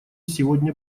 сегодня